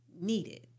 needed